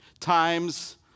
times